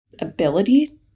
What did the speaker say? ability